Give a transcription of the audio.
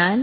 എന്നാൽ